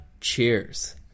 Cheers